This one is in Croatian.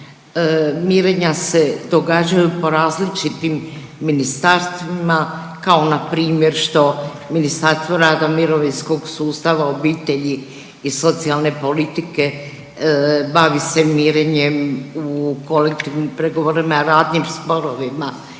mirenja se događaju po različitim ministarstvima, kao npr. što Ministarstvo rada, mirovinskog sustava, obitelji i socijalne politike bavi se mirenjem u kolektivnim pregovorima i radnim sporovima,